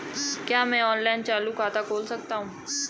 क्या मैं ऑनलाइन चालू खाता खोल सकता हूँ?